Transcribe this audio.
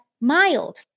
mild